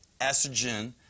estrogen